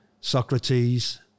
Socrates